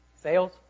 Sales